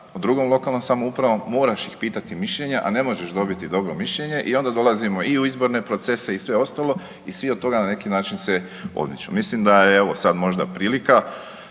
sa drugom lokalnom samoupravom, moraš ih pitati mišljenja, a ne možeš dobiti dobro mišljenje i onda dolazimo i u izborne procese i sve ostalo i svi od toga na neki način se odmiču. Mislim da je evo, sad možda prilika